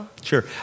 Sure